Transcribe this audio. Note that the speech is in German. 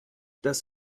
das